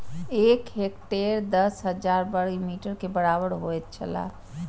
एक हेक्टेयर दस हजार वर्ग मीटर के बराबर होयत छला